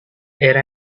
era